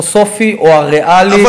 מהאנתרופוסופי או "הריאלי" או בית-ספר "נועם"?